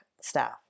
staff